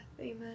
amen